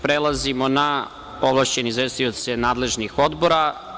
Prelazimo na ovlašćene izvestioce nadležnih odbora.